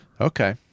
Okay